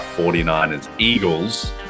49ers-Eagles